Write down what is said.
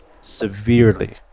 severely